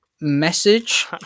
message